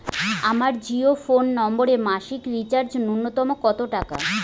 আমার জিও ফোন নম্বরে মাসিক রিচার্জ নূন্যতম কত টাকা?